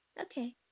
Okay